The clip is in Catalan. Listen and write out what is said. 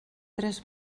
tres